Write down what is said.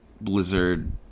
blizzard